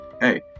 Hey